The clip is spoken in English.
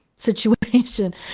situation